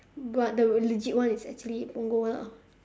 but the legit one is actually punggol [one] ah